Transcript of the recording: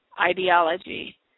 ideology